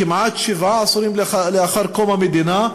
כמעט שבעה עשורים לאחר קום המדינה,